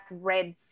red